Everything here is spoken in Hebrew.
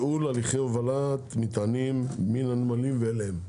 משאיות ועם ייעול הליכי הובלת מטענים מן הנמלים ואליהם,